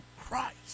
Christ